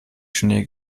schnee